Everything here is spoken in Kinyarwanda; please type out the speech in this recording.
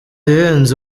ihenze